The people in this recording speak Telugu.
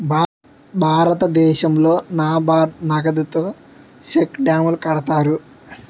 భారతదేశంలో నాబార్డు నగదుతో సెక్కు డ్యాములు కడతారు